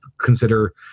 consider